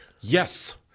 Yes